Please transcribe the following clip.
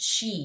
chi